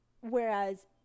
whereas